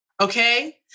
Okay